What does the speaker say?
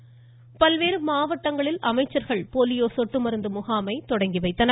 polio மாவட்டங்கள் பல்வேறு மாவட்டங்களில் அமைச்சர்கள் போலியோ சொட்டு மருந்து முகாமை தொடங்கி வைத்தனர்